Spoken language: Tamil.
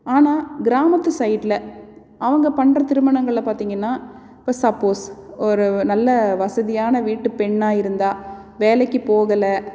ஆனால் கிராமத்து சைடில் அவங்க பண்ற திருமணங்கள பார்த்திங்கன்னா இப்போ சப்போஸ் ஒரு நல்ல வசதியான வீட்டு பெண்ணா இருந்தால் வேலைக்கு போகலை